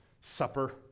supper